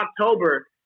October